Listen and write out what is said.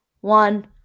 one